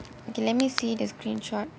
okay let me see the screenshot